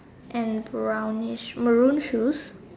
and brownish Maroon shoes